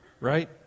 right